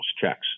checks